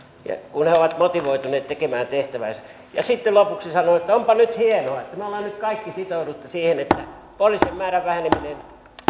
kun he ovat motivoituneet tekemään tehtäväänsä lopuksi sanoisin että onpa nyt hienoa että me olemme nyt kaikki sitoutuneet siihen että poliisien määrän väheneminen pysähtyy